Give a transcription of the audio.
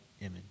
image